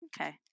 Okay